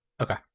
okay